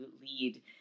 lead